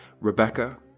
Rebecca